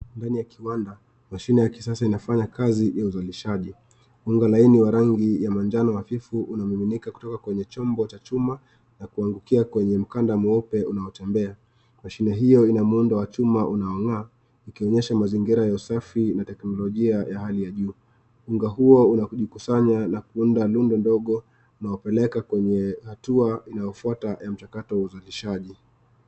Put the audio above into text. Ndani ya kiwanda. Mashine ya kisasa inafanya kazi ya uzalishaji. Unga laini wa rangi ya manjano hafifu unamiminika kutoka kwenye chombo cha chuma na kuangukia kwenye mkanda mweupe unaotembea. Mashine hiyo ina muundo wa chuma unaong'aa ikionyesha mazingira ya usafi na teknolojia ya hali ya juu. Unga huo unajikusanya na kuunda lundo ndogo na kupeleka kwenye hatua inayofuata ya mchakato wa uzalishaji.